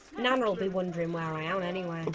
nana will be wondering where i am anyway.